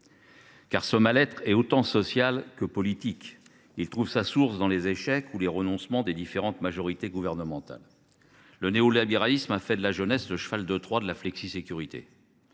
Car ce mal être est autant social que politique : il trouve sa source dans les échecs ou les renoncements des différentes majorités gouvernementales. Le néolibéralisme a fait de la jeunesse le cheval de Troie de la flexisécurité,